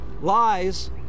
Lies